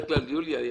נכון להיום,